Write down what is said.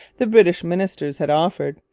the british ministers had offered,